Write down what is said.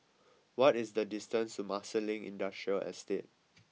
what is the distance to Marsiling Industrial Estate